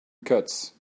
cuts